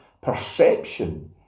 perception